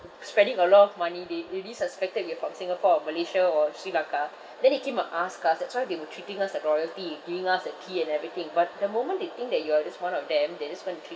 spending a lot of money they they already suspected you're from singapore or malaysia or sri lanka then he came and ask us that's why they were treating us like royalty giving us the key and everything but the moment they think that you are just one of them they just want to treat